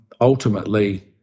Ultimately